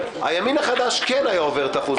הימין החדש כן היה עובר את אחוז החסימה.